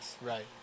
Right